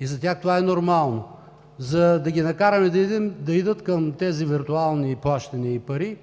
и за тях това е нормално? За да ги накараме да идат към тези виртуални плащания и пари,